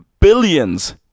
billions